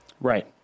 Right